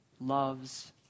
loves